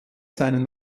seinen